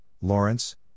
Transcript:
Lawrence